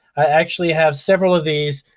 i actually have several of these,